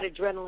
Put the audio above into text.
adrenaline